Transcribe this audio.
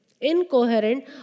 Incoherent